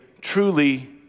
truly